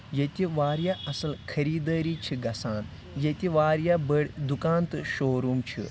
ییٚتہِ واریاہ اَصٕل خٔریٖدٲری چھِ گژھان ییٚتہِ واریاہ بٔڑۍ دُکان تہٕ شو روٗم چھِ